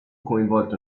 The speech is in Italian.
coinvolto